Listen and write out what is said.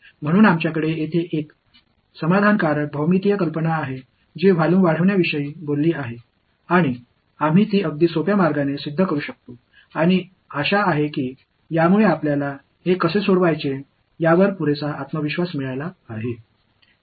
எனவே எங்களிடம் ஒரு திருப்திகரமான வடிவியல் யோசனை உள்ளது இது வெளியேறும் கொள்ளளவு பற்றி பேசுகிறது அதை மிக எளிமையான முறையில் நிரூபிக்க முடியும் மேலும் இதை எவ்வாறு தீர்ப்பது என்பதில் இது உங்களுக்கு போதுமான நம்பிக்கையை அளித்துள்ளது